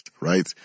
right